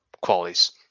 qualities